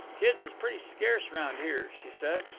kids is pretty scarce round here, she said.